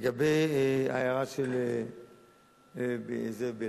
לגבי ההערה של זאב בילסקי,